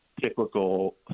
typical